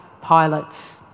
pilots